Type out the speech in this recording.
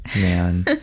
man